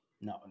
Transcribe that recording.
No